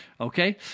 Okay